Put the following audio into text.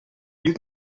you